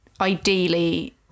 ideally